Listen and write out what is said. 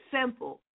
simple